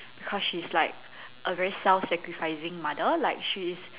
because she's like a very self sacrificing mother like she is